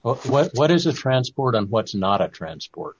what what is the transport and what's not a transport